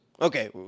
okay